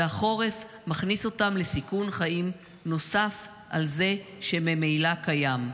והחורף מכניס אותם לסיכון חיים נוסף על זה שממילא קיים.